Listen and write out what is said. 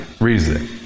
reason